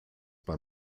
bei